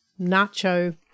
Nacho